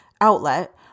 outlet